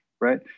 right